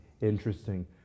Interesting